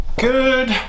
Good